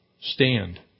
stand